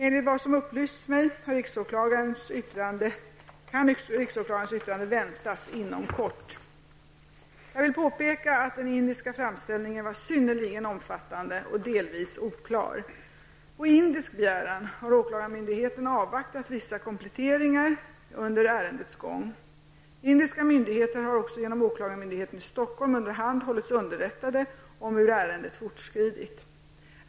Enligt vad som upplysts mig kan riksåklagarens yttrande väntas inom kort. Jag vill påpeka att den indiska framställningen var synnerligen omfattande och delvis oklar. På indisk begäran har åklagarmyndigheten avvaktat vissa kompletteringar under ärendets gång. Indiska myndigheter har också genom åklagarmyndigheten i Stockholm underhand hållits underrättade om hur ärendet fortskridit.